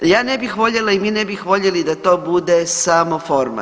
Ja ne bih voljela i mi ne bih voljeli da to bude samo forma.